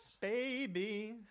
Baby